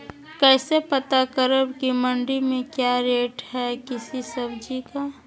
कैसे पता करब की मंडी में क्या रेट है किसी सब्जी का?